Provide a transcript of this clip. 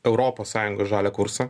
europos sąjungos žalią kursą